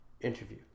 interview